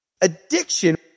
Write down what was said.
Addiction